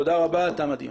תודה רבה, תם הדיון.